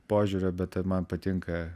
požiūrio bet ten man patinka